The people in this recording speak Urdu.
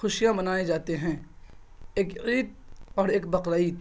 خوشیاں منائے جاتے ہیں ایک عید اور ایک بقرعید